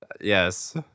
Yes